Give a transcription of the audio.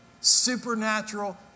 supernatural